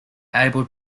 able